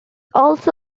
also